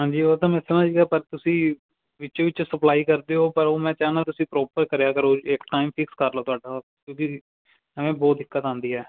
ਹਾਂਜੀ ਉਹ ਤਾਂ ਮੈਥੋਂ ਪਰ ਤੁਸੀਂ ਵਿੱਚੋਂ ਵਿੱਚ ਸਪਲਾਈ ਕਰਦੇ ਹੋ ਪਰ ਉਹ ਮੈਂ ਚਾਹੁੰਦਾ ਤੁਸੀਂ ਪ੍ਰੋਪਰ ਕਰਿਆ ਕਰੋ ਇੱਕ ਟਾਈਮ ਫਿਕਸ ਕਰ ਲਓ ਤੁਹਾਡਾ ਕਿਉਂਕਿ ਐਵੇਂ ਬਹੁਤ ਦਿੱਕਤ ਆਉਂਦੀ ਹੈ